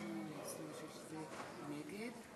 38 מתנגדים.